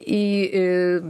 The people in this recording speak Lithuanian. į į